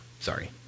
Sorry